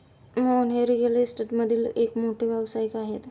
मोहन हे रिअल इस्टेटमधील एक मोठे व्यावसायिक आहेत